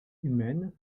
humaine